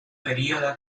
període